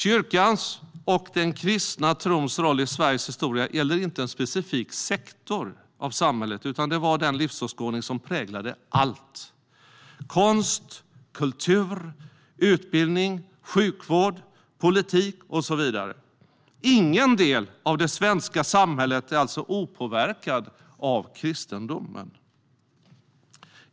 Kyrkans och den kristna trons roll i Sveriges historia gäller inte en specifik sektor av samhället, utan det var den livsåskådning som präglade allt: konst, kultur, utbildning, sjukvård, politik och så vidare. Ingen del av det svenska samhället är alltså opåverkad av kristendomen.